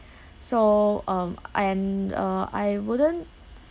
so um and uh I wouldn't